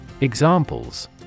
Examples